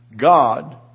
God